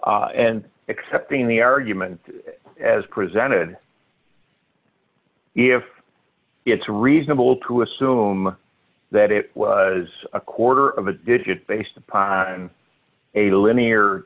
mile and accepting the argument as presented if it's reasonable to assume that it was a quarter of a dispute based upon a linear